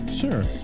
Sure